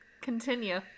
Continue